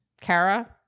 Kara